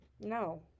No